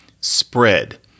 spread